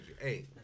hey